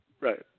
Right